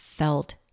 felt